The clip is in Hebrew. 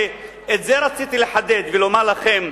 ואת זה רציתי לחדד ולומר לכם,